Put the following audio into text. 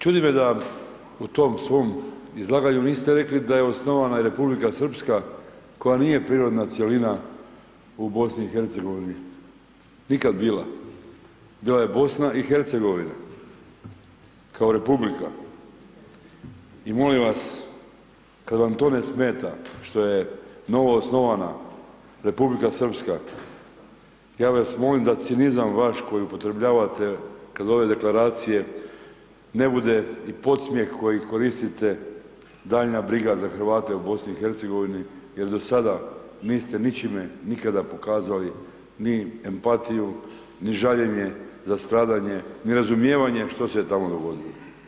Čudi me da u tom svom izlaganju niste rekli da je osnovana i Republika Srpska koja nije prirodna cjelina u BiH nikad bila, bila je BiH kao Republika i molim vas kad vam to ne smeta što je novoosnovana Republika Srpska, ja vas molim da cinizam vaš koji upotrebljavate kod ove Deklaracije, ne bude i podsmjeh koji koristite, daljnja briga za Hrvate u BiH jer do sada niste ničime, nikada pokazali ni empatiju, ni žaljenje za stradanje, ni razumijevanje što se tamo dogodilo.